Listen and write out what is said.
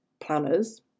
planners